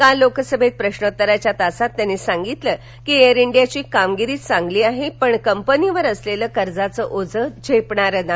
काल लोकसभेत प्रश्रोत्तरांच्या तासात त्यांनी सांगितलं की एअर इंडियाची कामगिरी चांगली आहे पण कंपनीवर असलेलं कर्जाचं ओझं झेपणारं नाही